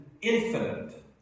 infinite